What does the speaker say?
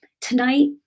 tonight